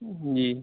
جی